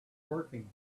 working